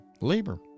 Labor